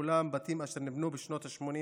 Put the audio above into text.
כולם בתים אשר נבנו בשנות השמונים.